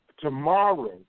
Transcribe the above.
tomorrow